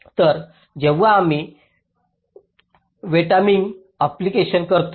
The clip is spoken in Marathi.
तर जेव्हा आम्ही वेटाईमिंग ऑप्टीमाझेशन करतो